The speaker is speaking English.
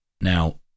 Now